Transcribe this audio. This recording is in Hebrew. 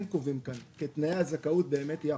קובעים כאן כתנאי הזכאות באמת ייאכפו.